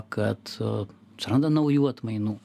kad atsiranda naujų atmainų